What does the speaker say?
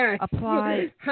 apply